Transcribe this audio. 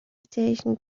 station